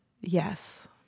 Yes